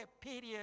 period